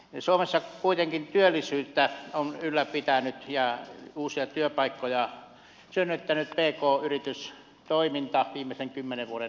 suomessa kuitenkin työllisyyttä on ylläpitänyt ja uusia työpaikkoja synnyttänyt pk yritystoiminta viimeisen kymmenen vuoden aikana